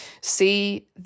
see